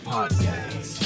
Podcast